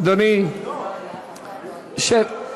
אדוני, שב.